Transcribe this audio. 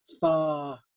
far